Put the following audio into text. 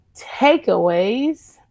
Takeaways